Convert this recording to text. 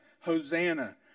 Hosanna